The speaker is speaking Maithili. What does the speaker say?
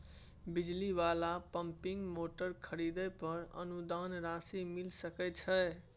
बिजली वाला पम्पिंग मोटर खरीदे पर अनुदान राशि मिल सके छैय?